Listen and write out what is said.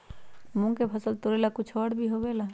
मूंग के फसल तोरेला कुछ और भी होखेला?